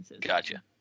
Gotcha